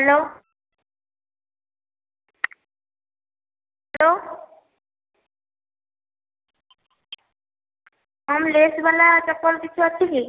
hello hello କମ ଲେଶ୍ ବାଲା ଚପଲ କିଛି ଅଛିକି